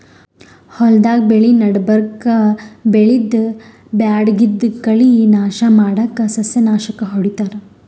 ಹೊಲ್ದಾಗ್ ಬೆಳಿ ನಡಬರ್ಕ್ ಬೆಳ್ದಿದ್ದ್ ಬ್ಯಾಡಗಿದ್ದ್ ಕಳಿ ನಾಶ್ ಮಾಡಕ್ಕ್ ಸಸ್ಯನಾಶಕ್ ಹೊಡಿತಾರ್